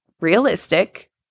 realistic